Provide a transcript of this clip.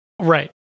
right